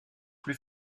plus